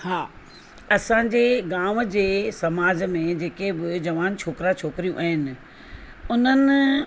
हा असांजे गांव जे समाज में जेके बि जवान छोकिरा छोकिरियूं आहिनि उन्हनि